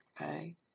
okay